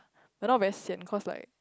but now very sian cause like